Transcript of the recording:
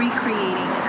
Recreating